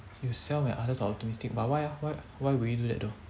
so you sell when others are optimistic but why ah why why would you do that though